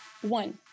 One